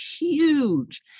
huge